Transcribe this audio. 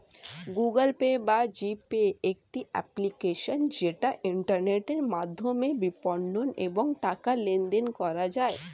Google Pay বা G Pay একটি application যেটা ইন্টারনেটের মাধ্যমে বিপণন এবং টাকা লেনদেন করা যায়